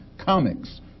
comics